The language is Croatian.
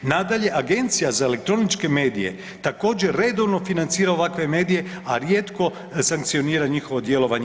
Nadalje, Agencija za elektroničke medije također redovno financira ovakve medije, a rijetko sankcionira njihovo djelovanje.